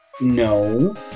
No